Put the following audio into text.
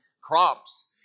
crops